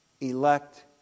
Elect